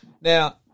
Now